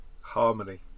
Harmony